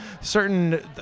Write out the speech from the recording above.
certain